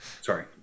sorry